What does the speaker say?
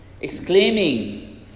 exclaiming